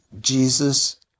Jesus